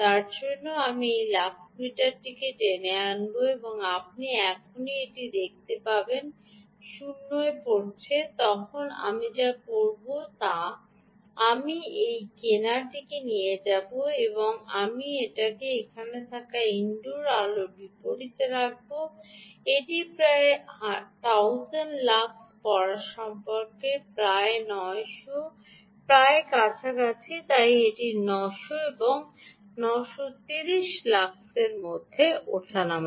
তার জন্য আমি এই লাক্স মিটারটি টেনে আনব এবং আপনি এখনই এটি দেখতে পাবেন 0 পড়ছে তখন আমি যা করব তা আমি এই ঢাকনাটি নিয়ে যাব এবং আমি এটি সেখানে থাকা ইনডোর আলোর বিপরীতে রাখব এটি প্রায় 1000 লাক্স পড়ার সম্পর্কে প্রায় নয়শ প্রায় কাছাকাছি এবং তাই এটি 900 এবং 930 লাক্সের মধ্যে ওঠানামা